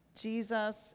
Jesus